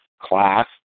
class